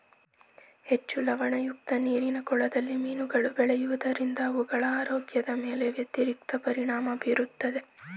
ಹೆಚ್ಚು ಲವಣಯುಕ್ತ ನೀರಿನ ಕೊಳದಲ್ಲಿ ಮೀನುಗಳು ಬೆಳೆಯೋದರಿಂದ ಅವುಗಳ ಆರೋಗ್ಯದ ಮೇಲೆ ವ್ಯತಿರಿಕ್ತ ಪರಿಣಾಮ ಬೀರುತ್ತದೆ